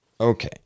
Okay